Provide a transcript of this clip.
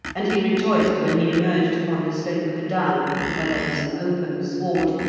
and he rejoiced when he emerged upon the slope of a down where there was an open sward,